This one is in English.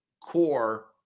core